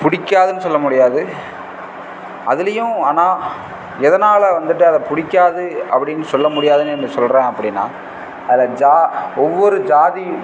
பிடிக்காதுன்னு சொல்ல முடியாது அதுலையும் ஆனால் எதனால் வந்துவிட்டு அதை பிடிக்காது அப்படின்னு சொல்ல முடியாதுன்னு என்று சொல்லுறேன் அப்படின்னா அதில் ஜா ஒவ்வொரு ஜாதி